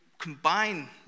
combine